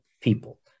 people